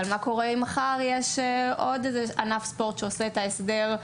אבל מה קורה אם מחר יש עוד ענף ספורט כלשהו שעושה את ההסדר,